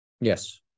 Yes